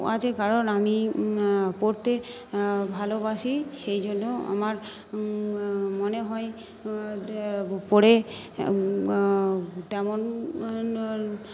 আছে কারণ আমি পড়তে ভালোবাসি সেইজন্য আমার মনে হয় পড়ে তেমন নন